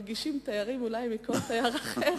מרגישים תיירים אולי יותר מכל תייר אחר,